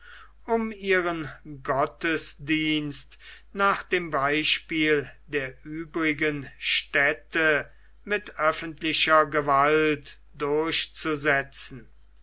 um ihren gottesdienst nach dem beispiel der übrigen städte mit öffentlicher gewalt durchzusetzen